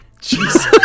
Jesus